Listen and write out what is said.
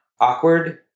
awkward